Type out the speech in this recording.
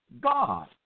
God